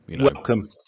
Welcome